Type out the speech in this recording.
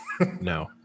No